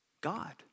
God